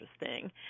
interesting